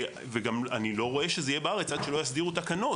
וגם אני לא רואה שזה יהיה בארץ עד שלא יסדירו תקנות,